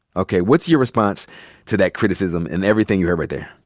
okay, what's your response to that criticism and everything you heard right there?